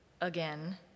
again